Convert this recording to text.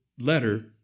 letter